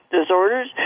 disorders